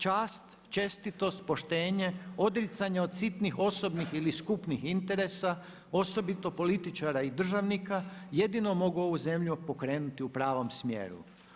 Čast, čestitost, poštenje, odricanje od sitnih osobnih ili skupnih interesa osobito političara i državnika, jedino mogu ovu zemlju pokrenuti u pravom smjeru.